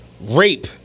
Rape